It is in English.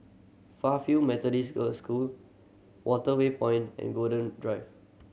Fairfield Methodist Girl School Waterway Point and Golden Drive